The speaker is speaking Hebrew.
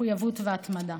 מחויבות והתמדה.